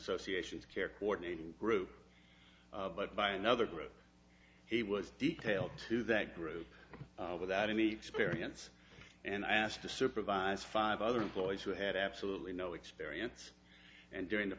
association care coordinator group but by another group he was detailed to that group without any experience and i asked to supervise five other employees who had absolutely no experience and during the